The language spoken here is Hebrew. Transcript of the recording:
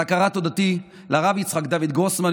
להעביר את הכרת תודתי לרב יצחק דוד גרוסמן,